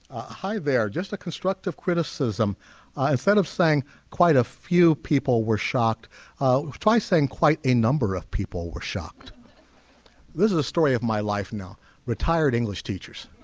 hi there just a constructive criticism instead of saying quite a few people were shocked try saying quite a number of people were shocked this is a story of my life now retired english teachers